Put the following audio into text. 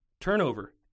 turnover